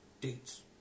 dates